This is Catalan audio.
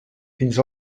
fins